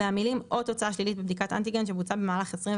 והמילים "או תוצאה שלילית בבדיקת אנטיגן שבוצעה במהלך 24